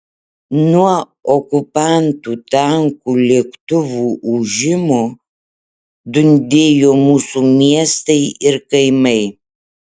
nuo okupantų tankų lėktuvų ūžimo dundėjo mūsų miestai ir kaimai